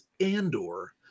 Andor